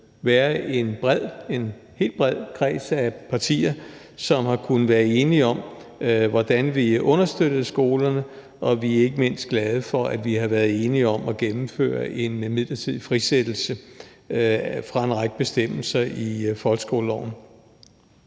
være en bred kreds af partier, som har kunnet være enige om, hvordan vi understøttede skolerne, og vi er ikke mindst glade for, at vi har været enige om at gennemføre en midlertidig frisættelse fra en række bestemmelser i folkeskoleloven.